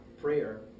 Prayer